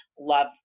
love